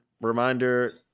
reminder